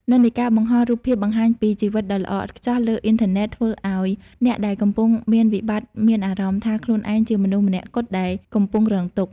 និន្នាការបង្ហោះរូបភាពបង្ហាញពី "ជីវិតដ៏ល្អឥតខ្ចោះ" លើអ៊ីនធឺណិត ធ្វើឱ្យអ្នកដែលកំពុងមានវិបត្តិមានអារម្មណ៍ថាខ្លួនឯងជាមនុស្សម្នាក់គត់ដែលកំពុងរងទុក្ខ។